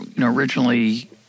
originally